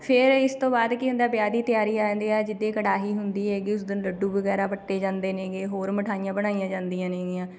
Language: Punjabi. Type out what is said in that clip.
ਫਿਰ ਇਸ ਤੋਂ ਬਾਅਦ ਕੀ ਹੁੰਦਾ ਵਿਆਹ ਦੀ ਤਿਆਰੀ ਆ ਜਾਂਦੀ ਆ ਜਿੱਦੇ ਕੜਾਹੀ ਹੁੰਦੀ ਹੈਗੀ ਉਸ ਦਿਨ ਲੱਡੂ ਵਗੈਰਾ ਵੱਟੇ ਜਾਂਦੇ ਨੇਗੇ ਹੋਰ ਮਿਠਾਈਆਂ ਬਣਾਈਆਂ ਜਾਂਦੀਆਂ ਨੇਗੀਆਂ